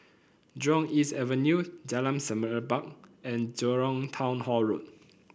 Jurong East Avenue Jalan Semerbak and Jurong Town Hall Road